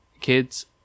kids